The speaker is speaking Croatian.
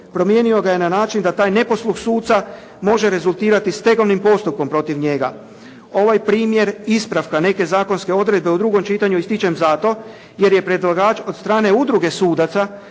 Promijenio ga je na način da taj neposluh suca može rezultirati stegovnim postupkom protiv njega. Ovaj primjer ispravka neke zakonske odredbe u drugom čitanju ističem zato jer je predlagač od strane udruge sudaca